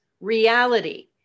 reality